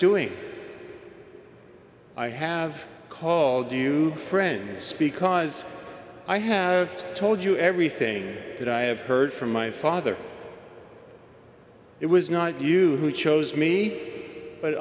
doing i have called you friend speak cause i have told you everything that i have heard from my father it was not you who chose me